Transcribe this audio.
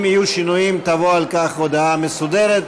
אם יהיו שינויים תבוא על כך הודעה מסודרת,